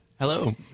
Hello